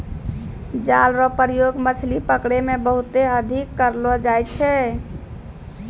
जाल रो प्रयोग मछली पकड़ै मे बहुते अधिक करलो जाय छै